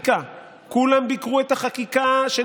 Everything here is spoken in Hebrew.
כולם ביקרו את הליך החקיקה.